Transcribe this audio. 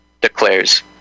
declares